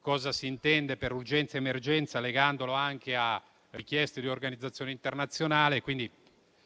cosa si intende per urgenza-emergenza, legandolo anche a richieste di organizzazioni internazionali.